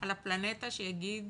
על הפלנטה שיגיד